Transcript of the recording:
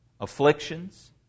afflictions